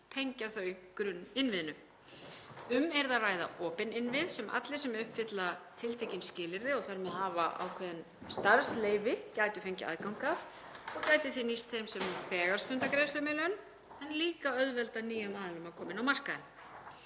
tengja þau grunninnviðunum. Um yrði að ræða opna innviði sem allir sem uppfylla tiltekin skilyrði og þar með hafa ákveðin starfsleyfi gætu fengið aðgang að og gæti nýst þeim sem nú þegar stunda greiðslumiðlun en líka auðveldað nýjum aðilum að koma inn á markaðinn.